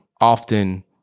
often